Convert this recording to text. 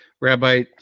Rabbi